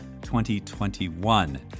2021